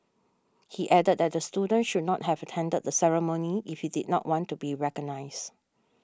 he added that the student should not have attended the ceremony if he did not want to be recognised